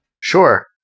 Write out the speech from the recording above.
Sure